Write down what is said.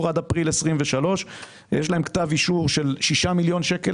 עד אפריל 2023. יש להם כתב אישור של שישה מיליון שקל